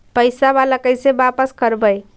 पैसा बाला कैसे बापस करबय?